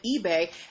eBay